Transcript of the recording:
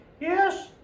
yes